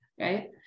Right